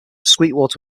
sweetwater